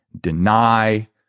deny